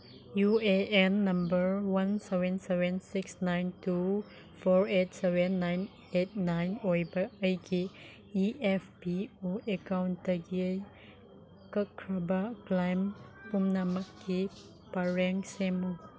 U A N number one seven seven six nine two four eight seven nine eight nine ꯑꯣꯏꯕ ꯑꯩꯒꯤ E F P O ꯑꯦꯀꯥꯎꯟꯇꯒꯤ ꯀꯛꯈ꯭ꯔꯕ claim ꯄꯨꯝꯅꯃꯛꯀꯤ ꯄꯔꯦꯡ ꯁꯦꯝꯃꯨ